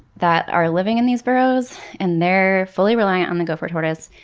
that are living in these burrows and they're fully reliant on the gopher tortoise.